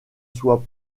soit